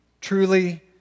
truly